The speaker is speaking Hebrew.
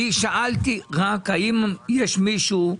אני שאלתי רק האם יש מישהו,